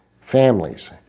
families